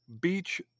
Beach